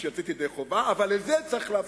בשביל לצאת ידי חובה: אבל את זה צריך להפסיק.